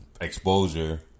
exposure